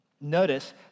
Notice